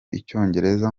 icyongereza